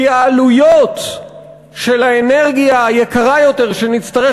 כי העלויות של האנרגיה היקרה יותר שנצטרך